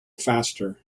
faster